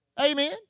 Amen